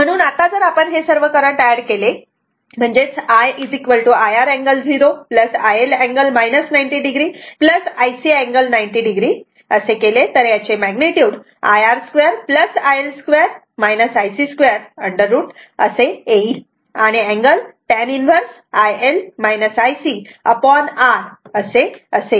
म्हणून आता जर आपण हे सर्व करंट एड केले म्हणजेच I IR angle 0 IL angle 90 o IC angle 90 o असे केले तर याचे मॅग्निट्युड √ IR 2 IL2 IC2 असे येईल आणि अँगल tan 1 R असे असेल